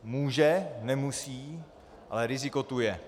Může, nemusí, ale riziko tu je.